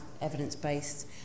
evidence-based